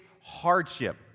hardship